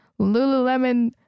Lululemon